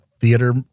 theater